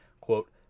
quote